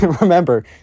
remember